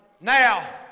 Now